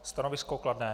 Stanovisko kladné.